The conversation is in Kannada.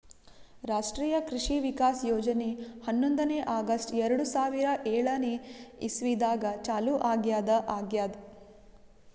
ರಾಷ್ಟ್ರೀಯ ಕೃಷಿ ವಿಕಾಸ್ ಯೋಜನೆ ಹನ್ನೊಂದನೇ ಆಗಸ್ಟ್ ಎರಡು ಸಾವಿರಾ ಏಳನೆ ಇಸ್ವಿದಾಗ ಚಾಲೂ ಆಗ್ಯಾದ ಆಗ್ಯದ್